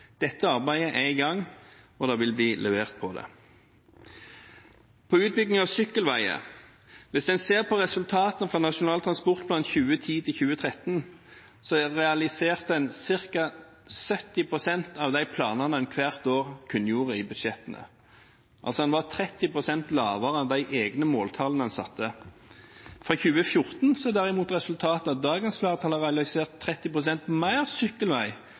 Dette arbeidet er i gang, og det vil bli levert på det. På utbygging av sykkelveier: Hvis en ser på resultatene fra Nasjonal transportplan 2010–2013, er det realisert ca. 70 pst. av de planene en hvert år kunngjorde i budsjettene, altså en var 30 pst. lavere enn de egne måltallene en satte. For 2014 er derimot resultatet at dagens flertall har realisert 30 pst. mer sykkelvei